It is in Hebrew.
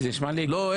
כי זה נשמע לי --- לא,